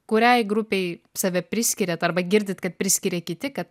kuriai grupei save priskiriat arba girdit kad priskiria kiti kad